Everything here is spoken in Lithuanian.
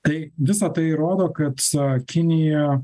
tai visa tai rodo kad kinija